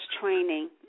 training